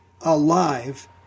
alive